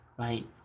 right